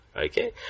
Okay